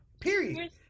period